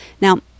Now